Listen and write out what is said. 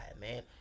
man